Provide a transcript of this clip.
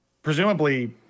presumably